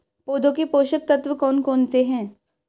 पौधों के पोषक तत्व कौन कौन से हैं?